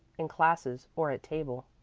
in classes or at table.